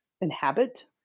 inhabit